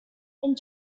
and